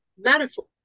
metaphor